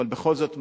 אבל בכל זאת,